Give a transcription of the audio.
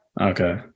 okay